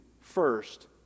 first